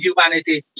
humanity